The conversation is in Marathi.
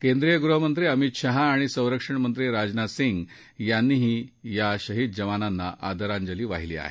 केंद्रीय गृहमंत्री अमित शहा आणि संरक्षण मंत्री राजनाथ सिंग यांनीही या शहीद जवानांना आदरांजली वाहिली आहे